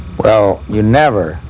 well you never,